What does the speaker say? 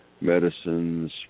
medicines